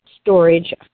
storage